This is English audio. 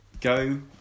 go